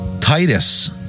Titus